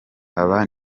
aba